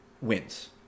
wins